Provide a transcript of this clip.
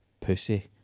pussy